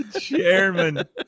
Chairman